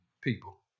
people